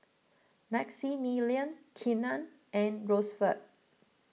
Maximillian Keenan and Rosevelt